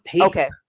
Okay